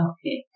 Okay